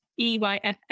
EYF